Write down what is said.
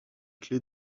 clés